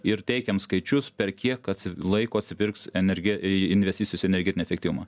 ir teikiam skaičius per kiek laiko atsipirks energe investicijos į energetinį efektyvumą